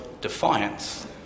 defiance